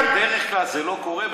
בדרך כלל זה לא קורה בכלל.